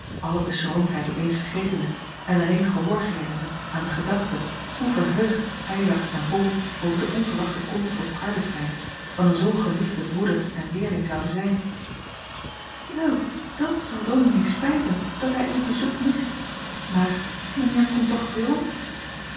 alle beschroomdheid op eens vergetende en alleen gehoor gevende aan de gedachte hoe verheugd eylar en bol over de onverwachte komst op hardestein van een zoo geliefden broeder en leerling zouden zijn wel dat zal dominee spijten dat hij uw bezoek mist maar mijn heer komt toch weêrom